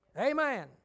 Amen